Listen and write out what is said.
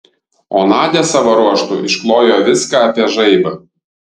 o nadia savo ruožtu išklojo viską apie žaibą